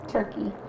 Turkey